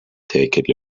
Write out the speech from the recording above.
take